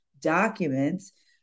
documents